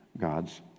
God's